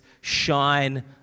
shine